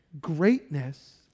Greatness